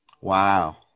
Wow